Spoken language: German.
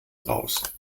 raus